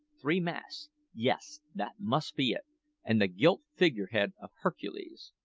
three masts yes, that must be it and the gilt figurehead of hercules.